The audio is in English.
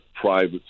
private